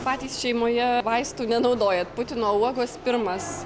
patys šeimoje vaistų nenaudojat putino uogos pirmas